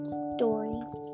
stories